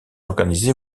organisé